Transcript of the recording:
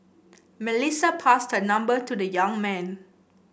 Melissa passed her number to the young man